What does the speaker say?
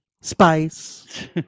Spice